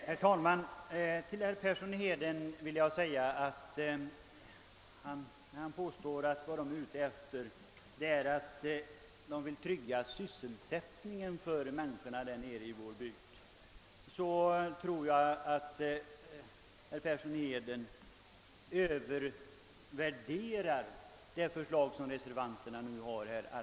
Herr talman! Till herr Persson i Heden vill jag säga att han i hög grad övervärderar reservanternas förslag när han påstår att de är ute efter att trygga sysselsättningen för människorna i vår hembygd.